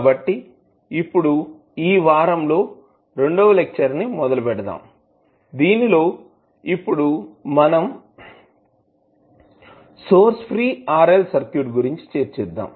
కాబట్టి ఇప్పుడు ఈ వారం లో రెండవ లెక్చర్ ని మొదలుపెడదాం దీనిలో ఇప్పుడు మనం సోర్స్ ఫ్రీ RL సర్క్యూట్ గురించి చర్చిద్దాం